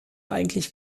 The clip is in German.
eigentlich